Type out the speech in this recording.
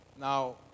Now